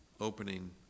opening